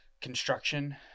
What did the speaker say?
construction